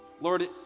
Lord